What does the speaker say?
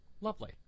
Lovely